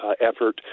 effort